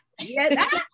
Yes